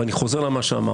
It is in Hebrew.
ואני חוזר על מה שאמרתי.